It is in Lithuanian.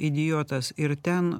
idiotas ir ten